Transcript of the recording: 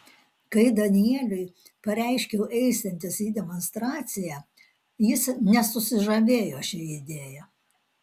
kai danieliui pareiškiau eisiantis į demonstraciją jis nesusižavėjo šia idėja